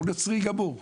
הוא נוצרי גמור.